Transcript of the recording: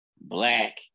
black